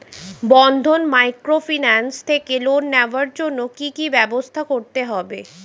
বন্ধন microfinance থেকে loan নেওয়ার জন্য কি কি ব্যবস্থা করতে হবে?